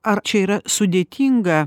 ar čia yra sudėtinga